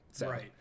right